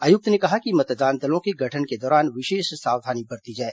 आयुक्त ने कहा कि मतदान दलों के गठन के दौरान विशेष सावधानी बरती जाए